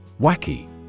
Wacky